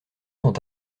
sont